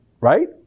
right